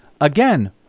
again